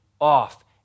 off